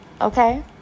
okay